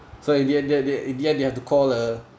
so in the end they they in the end have to call a